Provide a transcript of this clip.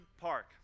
Park